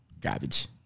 Garbage